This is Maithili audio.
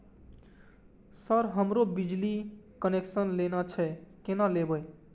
सर हमरो बिजली कनेक्सन लेना छे केना लेबे?